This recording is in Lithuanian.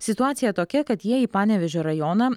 situacija tokia kad jie į panevėžio rajoną